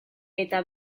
eta